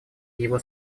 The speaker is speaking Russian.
его